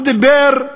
הוא דיבר,